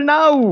now